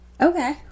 okay